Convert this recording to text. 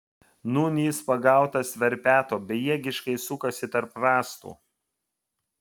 nūn jis pagautas verpeto bejėgiškai sukosi tarp rąstų